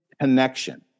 connection